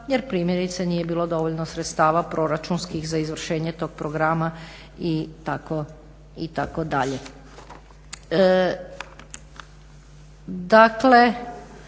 Jer primjerice nije bilo dovoljno sredstava proračunskih za izvršenje tog programa i tako dalje.